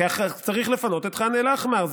צריך לפנות את ח'אן אל-אחמר,